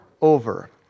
over